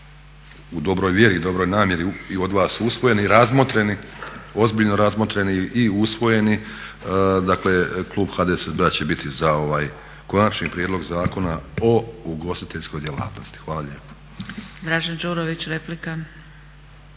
u dobroj vjeri i u dobroj namjeri od vas usvojeni i razmotreni, ozbiljno razmotreni i usvojeni, dakle klub HDSSB-a će biti za ovaj Konačni prijedlog Zakona o ugostiteljskoj djelatnosti. Hvala lijepo.